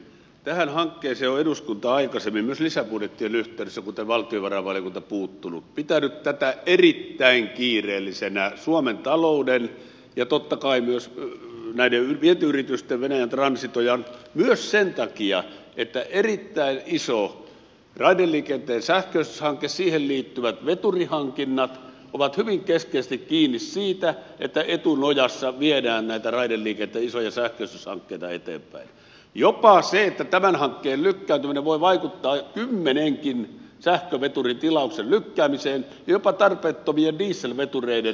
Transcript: tähän hankkeeseen on eduskunta aikaisemmin myös lisäbudjettien yhteydessä kuten valtiovarainvaliokuntakin puuttunut pitänyt tätä erittäin kiireellisenä suomen talouden ja totta kai myös näiden vientiyritysten venäjän transitojen ja myös sen takia että erittäin iso raideliikenteen sähköistyshanke siihen liittyvät veturihankinnat ovat hyvin keskeisesti kiinni siitä että etunojassa viedään näitä raideliikenteen isoja sähköistyshankkeita eteenpäin jopa niin että tämän hankkeen lykkäytyminen voi vaikuttaa kymmenenkin sähköveturin tilauksen lykkäämiseen ja jopa tarpeettomien dieselvetureiden erityishankintaan